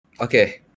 Okay